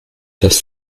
dass